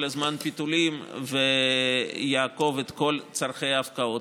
הזמן פיתולים ויעקוף את כל צורכי ההפקעות.